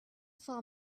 saw